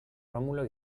rómulo